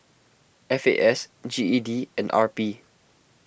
F A S G E D and R P